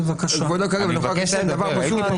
הוגש בג"ץ על הנושא הזה.